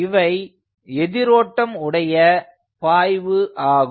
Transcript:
இவை எதிரோட்டம் உடைய பாய்வு ஆகும்